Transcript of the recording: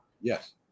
Yes